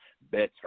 better